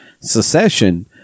secession